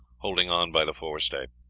holding on by the forestay.